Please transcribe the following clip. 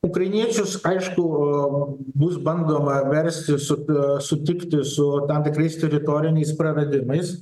ukrainiečius aišku bus bandoma versti su sutikti su tam tikrais teritoriniais praradimais